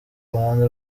uruhande